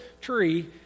tree